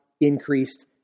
increased